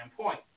point